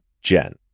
Jen